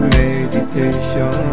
meditation